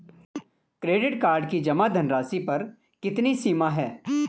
Credit card की जमा धनराशि पर कितनी सीमा है?